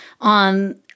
on